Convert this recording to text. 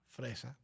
fresa